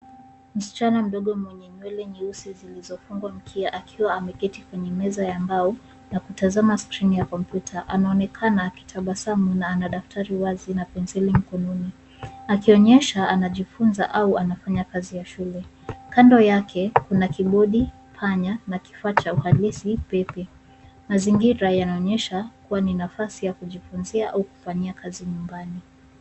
Msichana mdogo mwenye nywele nyeusi zilizofungwa mkia akiwa ameketi kwenye meza ya mbao na kutazama skrini ya komputa. Anaonekana akitabasamu na ana daftari wazi na penseli mkononi. Akionyesha anajifunza au anafanya kazi ya shule. Kando yake kuna kibodi, panya na kifaa cha uhalisi pepe. Mazingira yanaonyesha kuwa ni nafasi ya kujifunzia au kufanyia kazi nyumbani.